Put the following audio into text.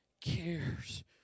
cares